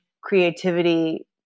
creativity